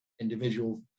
individual